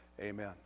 amen